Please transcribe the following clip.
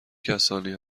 کسانی